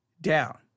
down